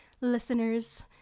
listeners